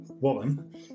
woman